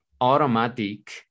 automatic